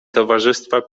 towarzystwa